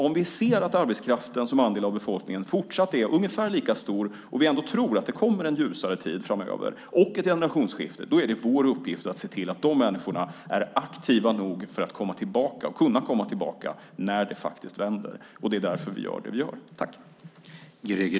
Om vi ser att arbetskraften som andel av befolkningen fortsatt är ungefär lika stor och vi ändå tror att det kommer en ljusare tid framöver och ett generationsskifte, är det vår uppgift att se till att de människorna är aktiva nog för att kunna komma tillbaka när det faktiskt vänder. Det är därför vi gör det vi gör.